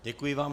Děkuji vám.